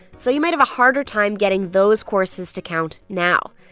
so you might have a harder time getting those courses to count now.